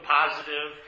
positive